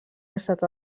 estat